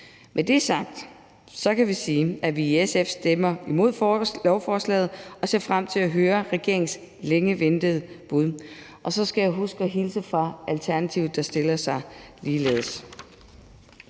Med det sagt kan vi sige, at vi i SF stemmer imod forslaget, og at vi ser frem til at høre regeringens længe ventede bud. Så skal jeg huske at hilse fra Alternativet, der stiller sig på samme